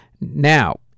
Now